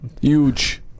Huge